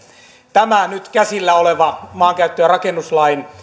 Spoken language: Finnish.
tämä nyt käsillä oleva maankäyttö ja rakennuslain